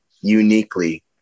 uniquely